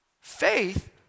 faith